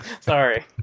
Sorry